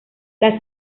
las